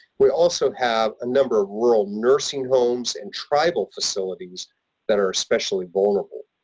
we also have a number of rural nursing homes and tribal facilities that are especially vulnerable.